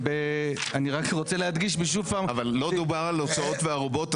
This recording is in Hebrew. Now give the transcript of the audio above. אני רק רוצה להדגיש שוב פעם --- אבל לא דובר על הוצאות וערובות,